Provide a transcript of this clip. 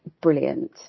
brilliant